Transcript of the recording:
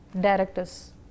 directors